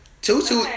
Tutu